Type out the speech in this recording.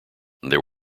there